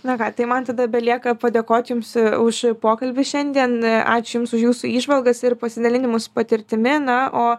na ką tai man tada belieka padėkoti jums už pokalbį šiandien ačiū jums už jūsų įžvalgas ir pasidalinimus patirtimi na o